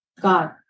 God